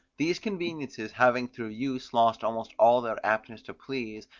these conveniences having through use lost almost all their aptness to please,